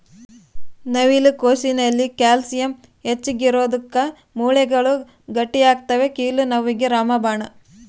ನವಿಲು ಕೋಸಿನಲ್ಲಿ ಕ್ಯಾಲ್ಸಿಯಂ ಹೆಚ್ಚಿಗಿರೋದುಕ್ಕ ಮೂಳೆಗಳು ಗಟ್ಟಿಯಾಗ್ತವೆ ಕೀಲು ನೋವಿಗೆ ರಾಮಬಾಣ